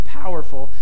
powerful